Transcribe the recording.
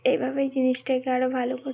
এইভাবেই জিনিসটাকে আরও ভালো